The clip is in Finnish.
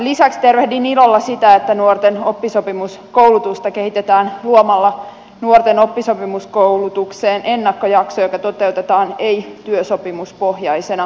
lisäksi tervehdin ilolla sitä että nuorten oppisopimuskoulutusta kehitetään luomalla nuorten oppisopimuskoulutukseen ennakkojakso joka toteutetaan ei työsopimuspohjaisena